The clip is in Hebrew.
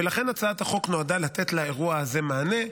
ולכן הצעת החוק נועדה לתת לאירוע הזה מענה.